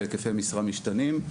בהקיפי משרה משתנים,